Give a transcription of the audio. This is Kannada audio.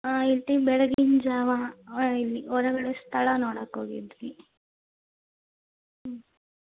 ಹಾಂ ಇಲ್ಲಿ ಬೆಳಗಿನ ಜಾವ ಇಲ್ಲಿ ಹೊರಗಡೆ ಸ್ಥಳ ನೋಡಕ್ಕೆ ಹೋಗಿದ್ವಿ ಹ್ಞೂ